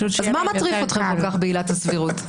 אז מה מטריף אתכם כל כך בעילת הסבירות?